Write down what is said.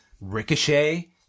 Ricochet